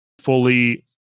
fully